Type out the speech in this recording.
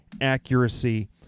accuracy